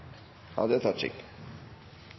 Hadia Tajik